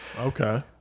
Okay